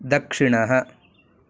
दक्षिणः